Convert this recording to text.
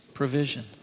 Provision